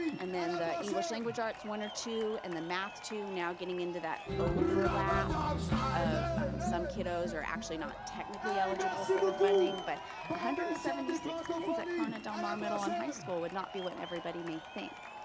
and then the english language arts one or two and the math two, now getting into that overlap of some kiddos are actually not technically eligible for the funding. one but hundred and seventy six kids at corona del mar middle and high school would not be what everybody may think.